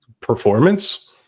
performance